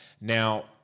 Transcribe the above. Now